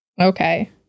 Okay